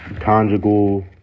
conjugal